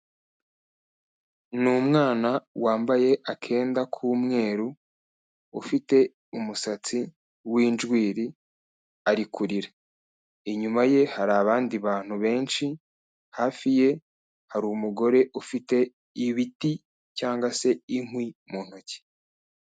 Ni umwana wambaye akenda k'umweru, ufite umusatsi w'injwiri ari kurira, inyuma ye hari abandi bantu benshi, hafi ye hari umugore ufite ibiti cyangwa se inkwi mu ntoki.